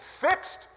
fixed